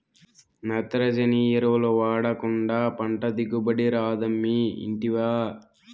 నత్రజని ఎరువులు వాడకుండా పంట దిగుబడి రాదమ్మీ ఇంటివా